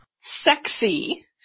sexy